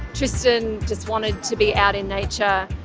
tristan. just wanted to be out in nature.